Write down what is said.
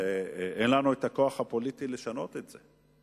אין לנו את הכוח הפוליטי לשנות את זה,